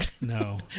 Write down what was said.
No